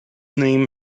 name